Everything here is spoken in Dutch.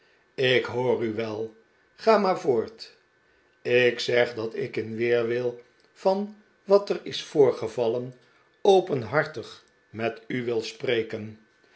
ik hoor u wel ga maar voort ik zeg dat ik in weerwil van wat er is voorgevallen openhartig met u wil spreken